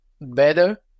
better